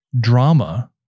drama